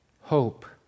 hope